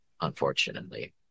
unfortunately